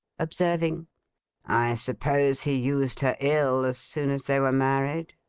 observing i suppose he used her ill, as soon as they were married